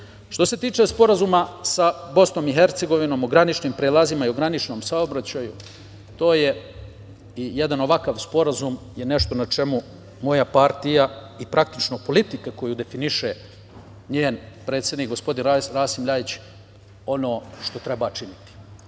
se tiče Sporazuma sa BiH o graničnim prelazima i o graničnom saobraćaju, to je, jedan ovakav sporazum je nešto na čemu moja partija i praktično politika koju definiše njen predsednik, gospodin Rasim Ljajić, ono što treba činiti. Priče